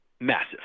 Massive